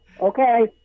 Okay